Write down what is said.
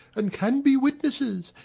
and can be witnesses.